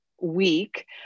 week